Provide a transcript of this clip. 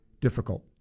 difficult